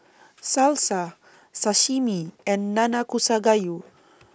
Salsa Sashimi and Nanakusa Gayu